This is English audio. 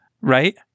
Right